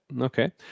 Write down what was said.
Okay